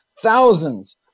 thousands